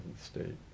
state